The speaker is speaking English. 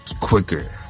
quicker